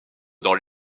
dans